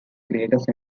greatest